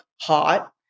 hot